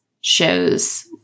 shows